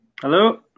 Hello